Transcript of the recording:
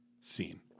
scene